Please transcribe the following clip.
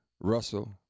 Russell